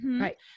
right